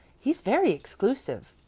he's very exclusive.